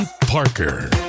Parker